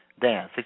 Dan